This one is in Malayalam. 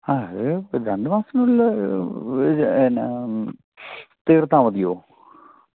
ആ അത് രണ്ടു മാസത്തിനുള്ളിൽ തീർത്താൽ മതിയോ